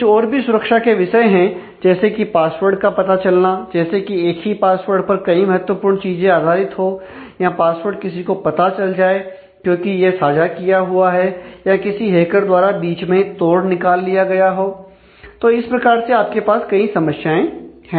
कुछ और भी सुरक्षा के विषय हैं जैसे कि पासवर्ड का पता चलना जैसे कि एक ही पासवर्ड पर कई महत्वपूर्ण चीजें आधारित हो या पासवर्ड किसी को पता चल जाए क्योंकि यह साझा किया हुआ है या किसी हैकर द्वारा बीच में ही तोड़ निकाल लिया गया है तो इस प्रकार से आपके पास कई समस्याएं हैं